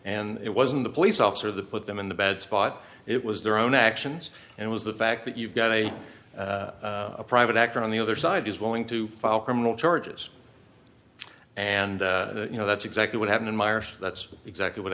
and it wasn't the police officer the put them in the bad spot it was their own actions and it was the fact that you've got a private actor on the other side is willing to file criminal charges and you know that's exactly what happened in miers that's exactly what